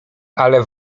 ale